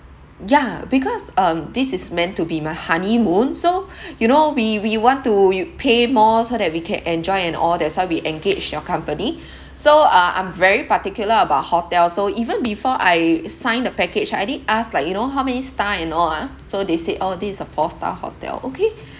ya because um this is meant to be my honeymoon so you know we we want to you pay more so that we can enjoy and all that's why we engaged your company so uh I'm very particular about hotel so even before I signed the package I did ask like you know how many star and all ah so they said orh this is a four star hotel okay